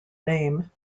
name